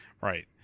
Right